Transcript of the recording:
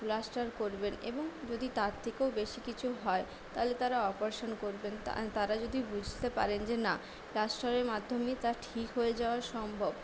plaster করবেন এবং যদি তার থেকেও বেশি কিছু হয় তাহলে তারা অপারেশন করবেন তারা যদি বুঝতে পারেন যে না প্লাস্টারের মাধ্যমে তা ঠিক হয়ে যাওয়া সম্ভব